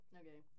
okay